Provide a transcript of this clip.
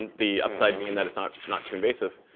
and the upside being that it's not not too invasive.